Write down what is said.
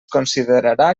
considerarà